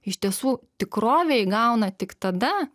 iš tiesų tikrovę įgauna tik tada